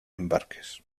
embarques